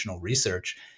research